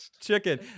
chicken